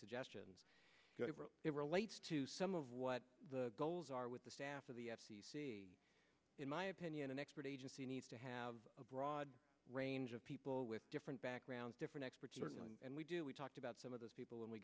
suggestions it relates to some of what the goals are with the staff of the in my opinion an expert agency needs to have a broad range of people with different backgrounds different expertise and we do we talked about some of those people